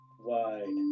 wide